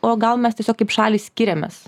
o gal mes tiesiog kaip šalys skiriamės